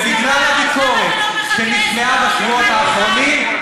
ובגלל הביקורת שנשמעה בשבועות האחרונים,